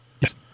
Yes